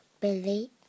Billy